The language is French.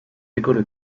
écoles